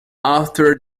after